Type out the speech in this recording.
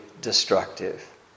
destructive